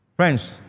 friends